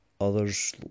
others